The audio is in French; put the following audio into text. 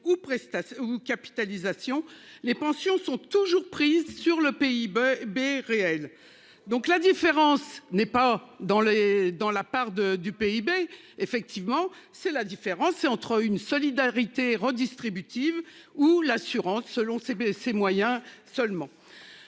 ou capitalisation les pensions sont toujours prises sur le PIB bé réel. Donc la différence n'est pas dans les, dans la part de du PIB effectivement c'est la différence c'est entre une solidarité redistributive ou l'assurance selon ses moyens seulement.